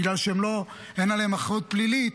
בגלל שאין עליהם אחריות פלילית,